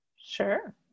Sure